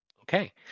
Okay